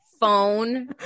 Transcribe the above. phone